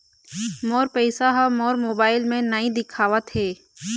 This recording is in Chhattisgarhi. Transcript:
मोर पैसा ह मोर मोबाइल में नाई दिखावथे